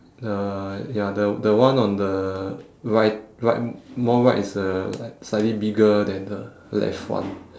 uh ya the the one on the right right more right is uh slightly bigger than the left one